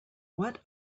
what